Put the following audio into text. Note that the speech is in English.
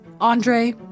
Andre